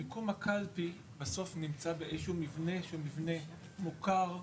מיקום הקלפי בסוף נמצא באיזשהו מבנה שהוא מבנה מוכר,